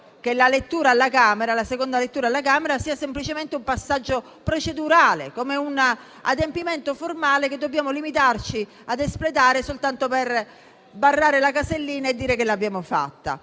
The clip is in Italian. che la seconda lettura alla Camera non sia semplicemente un passaggio procedurale o un adempimento formale, che dobbiamo limitarci ad espletare soltanto per barrare la casellina e dire che l'abbiamo fatto.